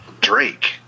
Drake